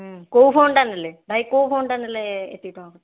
କେଉଁ ଫୋନ୍ଟା ନେଲେ ଭାଇ କେଉଁ ଫୋନ୍ଟା ନେଲେ ଏତିକି ଟଙ୍କା କଟିବ